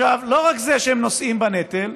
עכשיו, לא רק זה שהם נושאים בנטל,